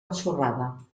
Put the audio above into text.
ensorrada